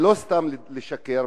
לא סתם לשקר,